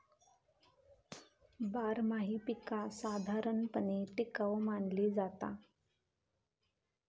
बारमाही पीका साधारणपणे टिकाऊ मानली जाता